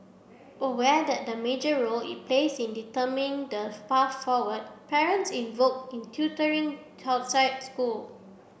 aware that the major role it plays in determining the path forward parents invoke in tutoring outside school